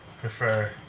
prefer